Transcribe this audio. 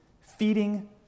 feeding